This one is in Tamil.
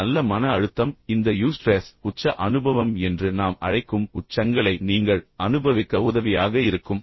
இந்த நல்ல மன அழுத்தம் இந்த யூஸ்ட்ரெஸ் உச்ச அனுபவம் என்று நாம் அழைக்கும் உச்சங்களை நீங்கள் அனுபவிக்க உதவியாக இருக்கும்